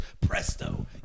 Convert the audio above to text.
Presto